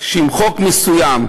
שאם חוק מסוים,